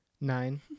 Nine